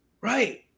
Right